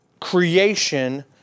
creation